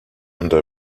under